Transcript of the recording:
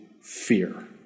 fear